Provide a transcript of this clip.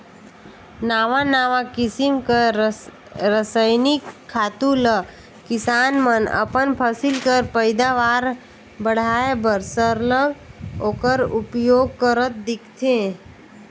नावा नावा किसिम कर रसइनिक खातू ल किसान मन अपन फसिल कर पएदावार बढ़ाए बर सरलग ओकर उपियोग करत दिखथें